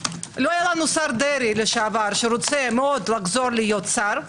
לא היה לנו שר דרעי לשעבר שרוצה מאוד לחזור להיות שר,